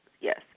yes